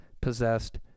possessed